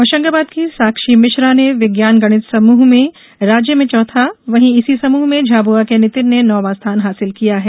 होशंगाबाद की साक्षी मिश्रा ने विज्ञान गणित समूह में राज्य में चौथा वहीं इसी समूह में झाबुआ के नितिन ने नौवां स्थान हासिल किया है